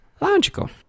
logical